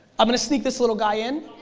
i'm gonna sneak this little guy in,